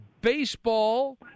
baseball